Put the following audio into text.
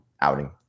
outing